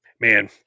Man